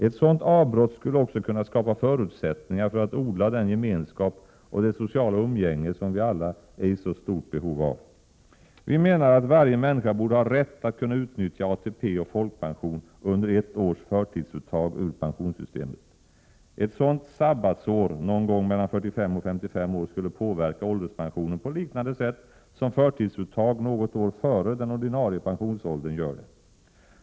Ett sådant avbrott skulle också kunna skapa förutsättningar för att odla den gemenskap och det sociala umgänge som vi alla är i så stort behov av. Vi menar att varje människa borde ha rätt att kunna utnyttja ATP och folkpension under ett års förtidsuttag ur pensionssystemet. Ett sådant ”sabbatsår” någon gång mellan 45 och 55 år skulle påverka ålderspensionen på liknande sätt som förtidsuttag något år före den ordinarie pensionsåldern gör.